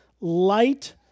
light